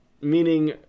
meaning